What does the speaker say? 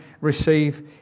receive